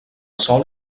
sòl